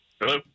Hello